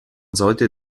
sollte